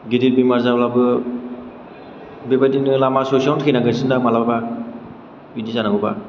गिदिर बेमार जाब्लाबो बेबायदिनो लामा ससेयावनो थैनांगोनसो दां मालाबा बिदि जानांगौबा